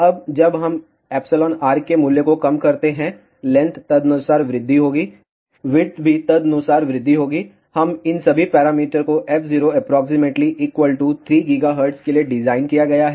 अब जब हम εr के मूल्य को कम करते हैं लेंथ तदनुसार वृद्धि होगी विड्थ भी तदनुसार वृद्धि होगी हम इन सभी पैरामीटर को f0 एप्रोक्सीमेटली 3 GHz के लिए डिजाइन किया गया है